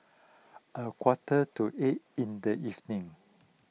a quarter to eight in the evening